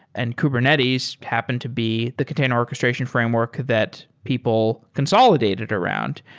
and kubernetes happened to be the container orchestration framework that people consolidated around.